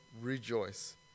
rejoice